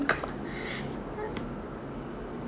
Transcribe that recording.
my god what